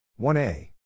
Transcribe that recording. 1a